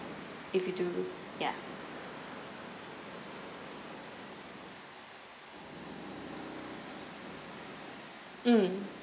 if you do ya mm